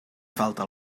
falta